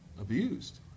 abused